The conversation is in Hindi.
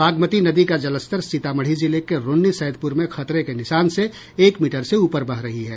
बागमती नदी का जलस्तर सीतामढ़ी जिले के रून्नीसैदपुर में खतरे के निशान से एक मीटर से ऊपर बह रही है